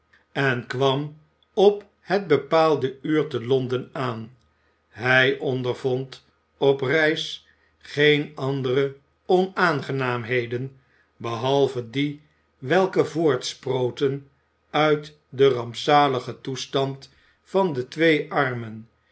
en kwam op het bepaalde uur te londen aan hij ondervond op reis geen andere onaangenaamheden behalve die welke voortsproten uit den rampzaligen toestand van de twee armen